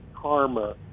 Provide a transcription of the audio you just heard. karma